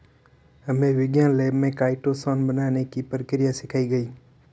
हमे विज्ञान लैब में काइटोसान बनाने की प्रक्रिया सिखाई गई